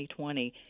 2020